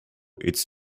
its